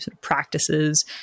practices